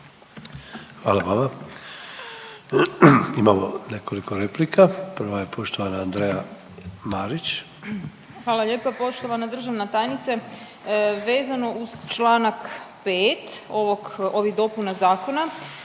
Hvala vama. Imamo nekoliko replika. Prva je poštovana Andreja Marić. **Marić, Andreja (SDP)** Hvala lijepa poštovana državna tajnice. Vezano uz članak 5. ovih dopuna zakona